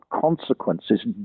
consequences